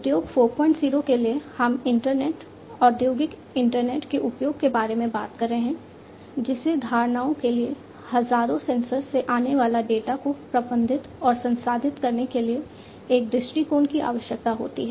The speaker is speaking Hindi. उद्योग 40 के लिए हम इंटरनेट औद्योगिक इंटरनेट के उपयोग के बारे में बात कर रहे हैं जिसे धारणाओं के लिए हजारों सेंसर से आने वाले डेटा को प्रबंधित और संसाधित करने के लिए एक दृष्टिकोण की आवश्यकता होती है